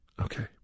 okay